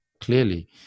clearly